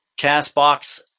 CastBox